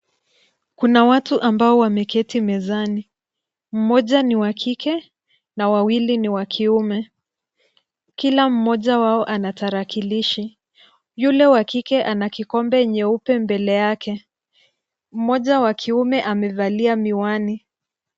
Kuna watu ambao wameketi mezani mmoja ni wa kike na wawili ni wa kiume. Kila mmoja wao ana tarakilishi, yule wa kike ana kikombe nyeupe mbele yake, moja wa kiume amevalia miwani.